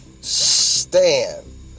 Stand